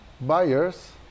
buyers